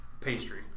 pastry